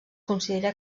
considera